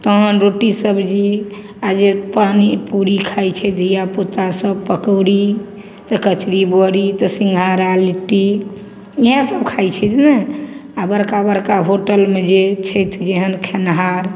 तहन रोटी सब्जी आ जे पानि पूड़ी खाइ छै धिआपुता सब पकौड़ी तऽ कचरी बड़ी तऽ सिंघाड़ा लिट्टी इएह सब खाय छै ने आ बड़का बड़का होटलमे जे छथि जेहन खेनिहार